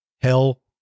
Hell